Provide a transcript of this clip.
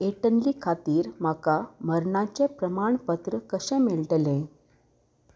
एटन्ली खातीर म्हाका मरणाचें प्रमाणपत्र कशें मेळटलें